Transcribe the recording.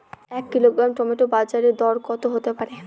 এক kilogram tomato বাজের দরকত হতে পারে?